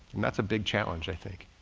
and that's a big challenge, i think.